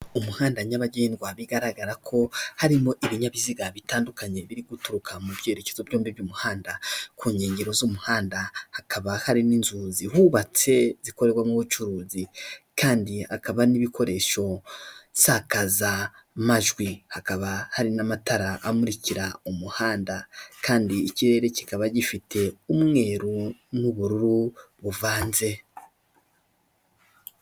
Umuhanda nyabagendwa bigaragara ko harimo ibinyabiziga bitandukanye biri guturuka mu byerekezo byombi by'umuhanda, ku nkengero z'umuhanda hakaba hari n'inzu zihubatse zikoremo ubucuruzi. Kandi hakaba n'ibikoresho nsakazamajwi, hakaba hari n'amatara amurikira umuhanda kandi ikirere kikaba gifite umweru n'ubururu buvanze.